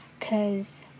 cause